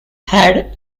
had